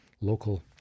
local